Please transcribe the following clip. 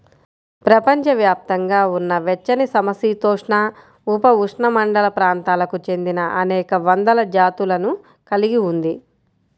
ప్రపంచవ్యాప్తంగా ఉన్న వెచ్చనిసమశీతోష్ణ, ఉపఉష్ణమండల ప్రాంతాలకు చెందినఅనేక వందల జాతులను కలిగి ఉంది